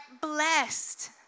blessed